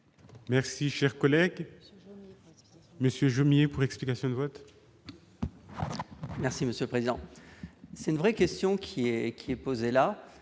Merci, cher collègue, monsieur, je me pour explication de vote. Merci monsieur le président, c'est une vraie question : qui est qui est